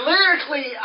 Lyrically